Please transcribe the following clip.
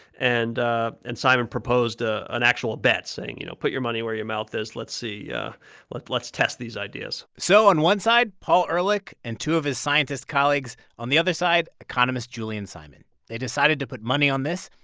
and ah and simon proposed ah an actual bet, saying, you know, put your money where your mouth is. let's see yeah let's let's test these ideas so on one side, paul ehrlich and two of his scientist colleagues. on the other side, economist julian simon. they decided to put money on this.